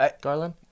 Garland